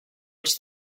els